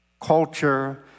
culture